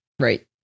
Right